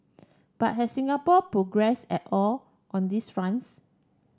but has Singapore progressed at all on these fronts